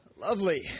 Lovely